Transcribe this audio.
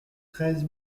treize